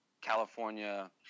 California